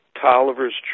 tolliver's